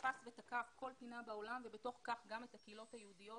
שתקף ותקע כל פינה בעולם ובתוך כך גם את הקהילות היהודיות,